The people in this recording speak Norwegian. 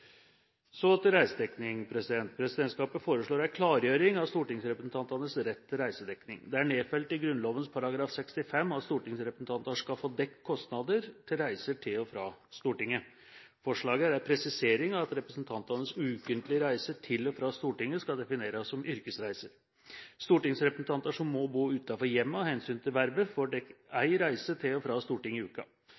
Så til reisedekning: Presidentskapet foreslår en klargjøring av stortingsrepresentantenes rett til reisedekning. Det er nedfelt i Grunnloven § 65 at stortingsrepresentanter skal få dekket kostnader til reiser til og fra Stortinget. Forslaget er en presisering av at representantenes ukentlige reiser til og fra Stortinget skal defineres som yrkesreiser. Stortingsrepresentanter som må bo utenfor hjemmet av hensyn til vervet, får